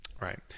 right